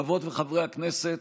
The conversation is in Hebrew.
חברות וחברי הכנסת,